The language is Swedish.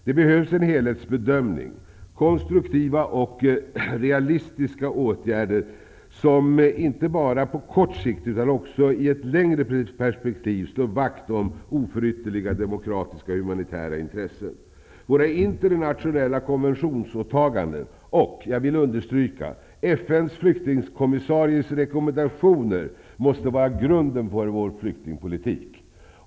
Det behövs en helhetsbedömning, konstruktiva och realistiska åtgärder som inte bara på kort sikt, utan också i ett längre perspektiv, slår vakt om oförytterliga demokratiska och humanitära intressen. Våra internationella konventionsåtaganden och -- jag vill understryka det -- FN:s flyktingkommissaries rekommendationer måste vara grunden för vår flyktingpolitik.